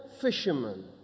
fisherman